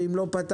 ואם לא פתרתם,